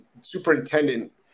superintendent